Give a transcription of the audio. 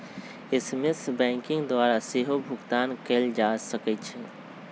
SMS banking के द्वारा सेहो भुगतान कएल जा सकै छै